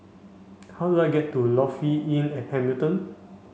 how do I get to Lofi Inn at Hamilton